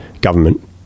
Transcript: government